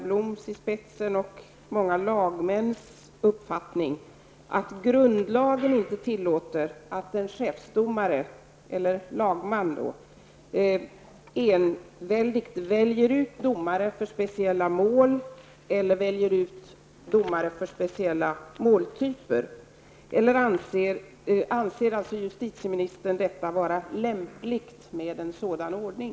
Blom i spetsen och många lagmäns uppfattning att grundlagen inte tillåter att en lagman enväldigt väljer ut domare för speciella mål eller väljer ut domare för speciella måltyper? Anser justitieministern att det är lämpligt med en sådan ordning?